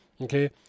Okay